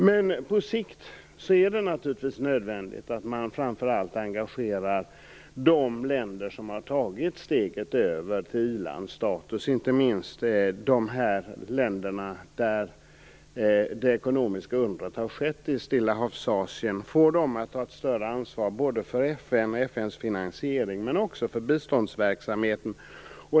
Men på sikt är det naturligtvis nödvändigt att man framför allt engagerar de länder som har tagit steget över till i-landsstatus - detta gäller inte minst de länder där det ekonomiska undret har skett i Stilla havs-Asien - och får dem att ta ett större ansvar för FN och FN:s finansiering men också för biståndsverksamheten.